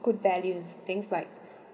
good values things like